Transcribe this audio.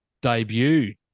debut